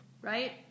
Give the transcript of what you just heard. right